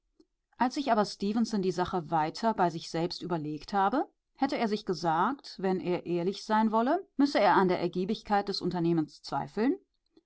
als sich aber stefenson die sache weiter bei sich selbst überlegt habe hätte er sich gesagt wenn er ehrlich sein wolle müsse er an der ergiebigkeit des unternehmens zweifeln